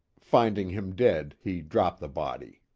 finding him dead he dropped the body.